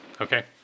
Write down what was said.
Okay